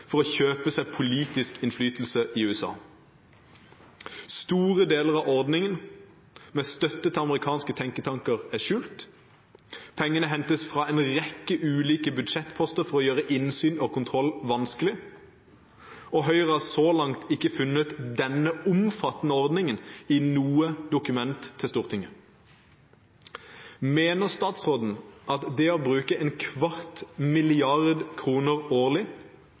for å kjøpe seg politisk innflytelse i USA. Store deler av ordningen med støtte til amerikanske tenketanker er skjult. Pengene hentes fra en rekke ulike budsjettposter for å gjøre innsyn og kontroll vanskelig. Høyre har så langt ikke funnet denne omfattende ordningen i noe dokument til Stortinget. Mener statsråden at det å bruke en kvart milliard av norske bistandskroner årlig